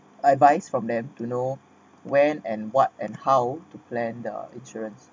advice from them to know when and what and how to plan the insurance